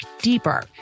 deeper